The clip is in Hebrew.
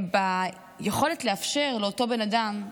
ביכולת לאפשר לאותו בן אדם,